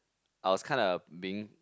I was kind of being